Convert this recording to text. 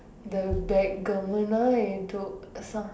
the back